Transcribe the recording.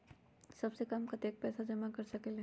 सबसे कम कतेक पैसा जमा कर सकेल?